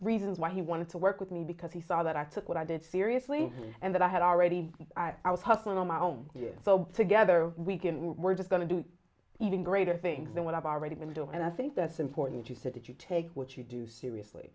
reasons why he wanted to work with me because he saw that i took what i did seriously and that i had already i was hustling on my own together we can we're just going to do even greater things than what i've already been doing and i think that's important you said that you take what you do seriously